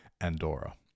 Andorra